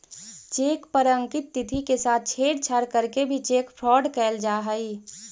cheque पर अंकित तिथि के साथ छेड़छाड़ करके भी चेक फ्रॉड कैल जा हइ